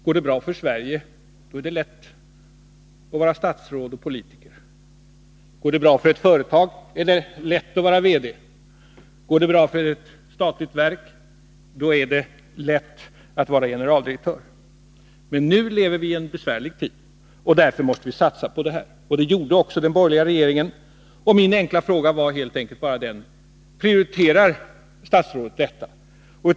Går det bra för Sverige, är det lätt att vara statsråd och politiker. Går det bra för ett företag, är det lätt att vara VD. Går det bra för ett statligt verk, är det lätt att vara generaldirektör. ; Men nu lever vi i en besvärlig tid, och därför måste vi satsa på utbildning. Det gjorde den borgerliga regeringen. Min enkla fråga var bara: Hur prioriterar statsrådet detta?